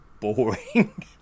boring